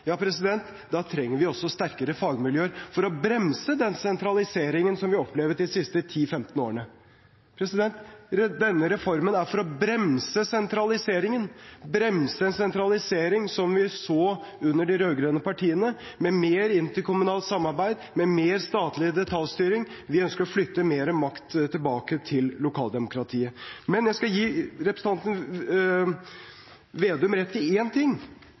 Da trenger vi også sterkere fagmiljøer for å bremse den sentraliseringen som vi har opplevd de siste 10–15 årene. Denne reformen er for å bremse sentraliseringen – bremse en sentralisering som vi så under de rød-grønne partiene, med mer interkommunalt samarbeid, med mer statlig detaljstyring. Vi ønsker å flytte mer makt tilbake til lokaldemokratiet. Jeg skal gi representanten Slagsvold Vedum rett i én ting,